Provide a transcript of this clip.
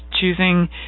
choosing